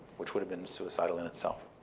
which would have been suicidal in itself.